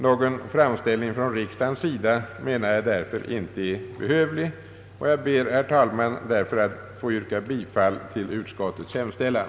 Någon framställning från riksdagens sida anser jag därför inte vara behövlig. Jag ber, herr talman, att få yrka bifall till utskottets hemställan.